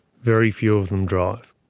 very few of them drive.